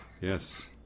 Yes